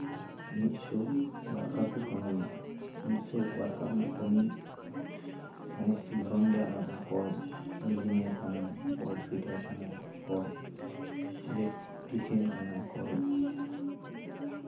ᱢᱤᱫ ᱥᱚ ᱳᱟᱨᱠᱟᱨ ᱠᱚ ᱠᱟᱹᱢᱤᱭᱟ ᱢᱤᱫᱥᱚ ᱳᱟᱨᱠᱟᱨ ᱨᱮᱱᱟᱜ ᱠᱟᱹᱢᱤ ᱥᱚᱢᱚᱥᱛᱷ ᱫᱷᱚᱨᱚᱱ ᱜᱮ ᱟᱞᱟᱫᱟ ᱚᱠᱚᱭ ᱤᱧᱡᱤᱱᱤᱭᱟᱨ ᱠᱟᱱᱟᱭ ᱚᱠᱚᱭ ᱞᱤᱰᱟᱨ ᱠᱟᱱᱟᱭ ᱚᱠᱚᱭ ᱤᱞᱮᱠᱴᱨᱤᱥᱤᱭᱟᱱ ᱠᱟᱱᱟᱭ ᱚᱠᱚᱭ